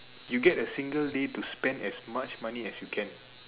you get a single day to spend as much money as you can